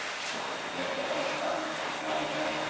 there's a significant amount of time between now and then.